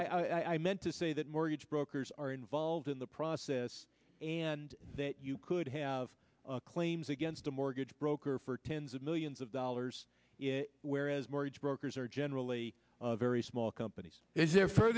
y i meant to say that mortgage brokers are involved in the process and that you could have claims against a mortgage broker for tens of millions of dollars in whereas mortgage brokers are generally very small companies is there for